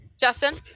Justin